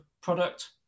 product